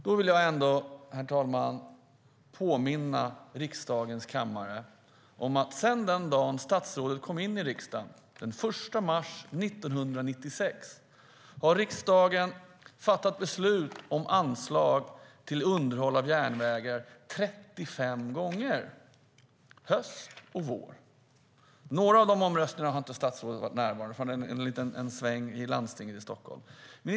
Då vill jag, herr talman, påminna riksdagens kammare om att sedan den dag statsrådet kom in i riksdagen, den 1 mars 1996, har riksdagen fattat beslut om anslag till underhåll av järnvägar 35 gånger - höst och vår. Några av omröstningarna har statsrådet inte varit närvarande vid för hon gjorde en liten sväng till Stockholms läns landsting.